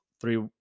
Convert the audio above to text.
three